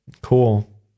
cool